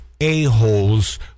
a-holes